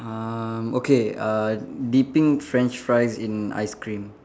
um okay uh dipping French fries in ice cream